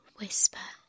Whisper